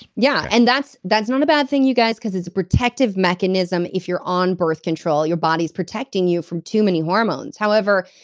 yeah. and that's that's not a bad thing, you guys, because it's a protective mechanism if you're on birth control. your body's protecting you from too many hormones. however,